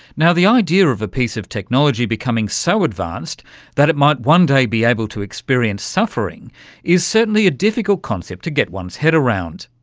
now, the idea of a piece of technology becoming so advanced that it might one day be able to experience suffering is certainly a difficult concept to get one's head around.